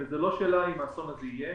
זו לא שאלה אם האסון הזה יהיה,